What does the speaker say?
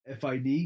FID